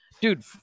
Dude